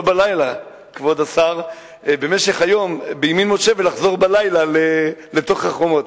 לא בלילה, כבוד השר, ולחזור בלילה אל בין החומות.